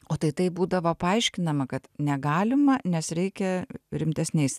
o tai taip būdavo paaiškinama kad negalima nes reikia rimtesniais